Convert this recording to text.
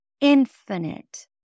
infinite